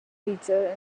teacher